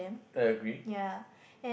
I agree